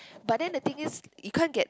but then the thing is you can't get